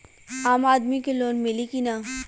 आम आदमी के लोन मिली कि ना?